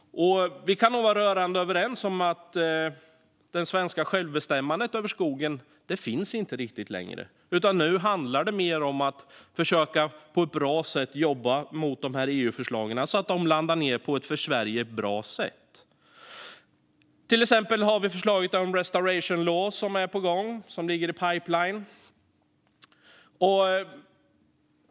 Vi kan nog vara rörande överens om att det svenska självbestämmandet över skogen inte riktigt finns längre, utan nu handlar det mer om att försöka att på ett bra sätt jobba med dessa EU-förslag så att de landar på ett för Sverige bra sätt. Till exempel är förslaget om restoration law på gång; det ligger i pipeline.